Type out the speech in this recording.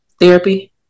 therapy